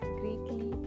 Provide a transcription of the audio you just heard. greatly